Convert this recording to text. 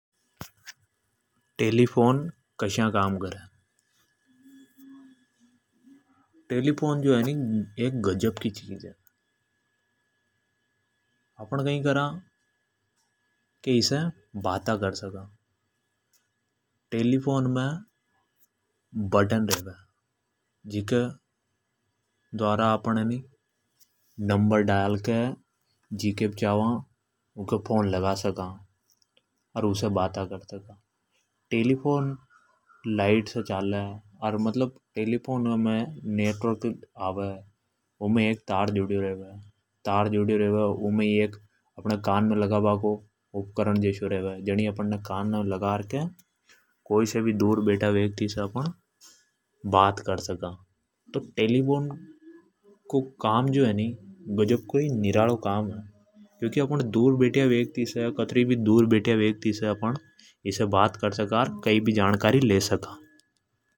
टेलीफोन कसा काम करे। टेलीफोन जो है नी एक गजब की चिज है। इसे अपण बाता कर सका टेलीफोन मे बटन रेवे। जिनसे नंबर डाल के कोई के भी फोन लगा सका। टेलीफोन लाइट से चाले। टेलीफोन मे नेटवर्क आवे। उमे एक तार जुड़े रेवे जिमे कान मे लगाबा को एक उपकरण जस्या रेवे। जिसे दूर बैठया वेक्ति से बाता कर सका। तो टेलीफोन को जो काम जो है नी गजब को ही निरालो है।